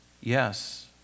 Yes